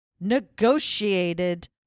negotiated